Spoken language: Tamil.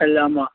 எல்லாம் ஆமாம்